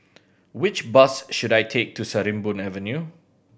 which bus should I take to Sarimbun Avenue